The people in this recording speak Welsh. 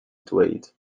dweud